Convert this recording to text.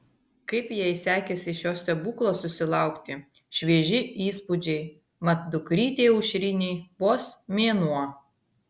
kaip jai sekėsi šio stebuklo susilaukti švieži įspūdžiai mat dukrytei aušrinei vos mėnuo